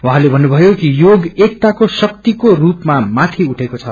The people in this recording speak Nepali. उझँले भन्नुभयो कि योग एकताको शक्तिको स्पर्मा माथि उठेक्षे छ